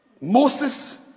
Moses